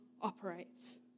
operates